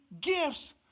gifts